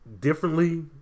differently